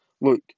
Look